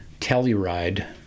Telluride